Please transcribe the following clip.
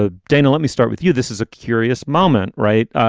ah dana, let me start with you. this is a curious moment, right?